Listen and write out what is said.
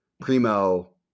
Primo